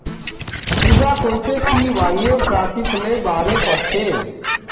पूजा कोहछे कि वहियं प्रतिफलेर बारे पढ़ छे